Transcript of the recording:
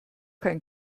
kein